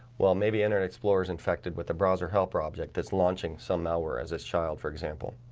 well, maybe internet explorer is infected with the browser helper object that's launching some malware as this child. for example